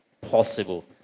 possible